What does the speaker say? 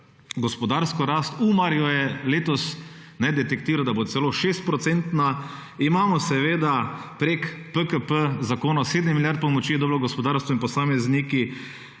gospodarsko rast, Umar jo je letos nedektiral, da bo celo 6 %, imamo seveda preko PKP zakona 7 milijard pomoči v delu gospodarstva in posamezniki,